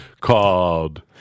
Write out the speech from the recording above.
called